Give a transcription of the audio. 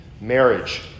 Marriage